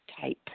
type